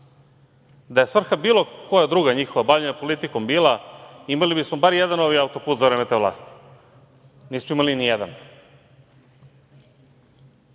Da je svrha bilo koja druga njihova bavljenja politikom bila, imali bismo bar jedan novi autoput za vreme te vlasti. Nismo imali nijedan.